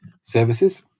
services